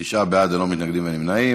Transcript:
תשעה בעד, ללא מתנגדים וללא נמנעים.